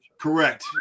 Correct